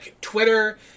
Twitter